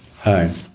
Hi